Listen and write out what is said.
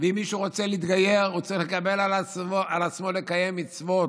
ואם מישהו רוצה להתגייר הוא צריך לקבל על עצמו לקיים מצוות,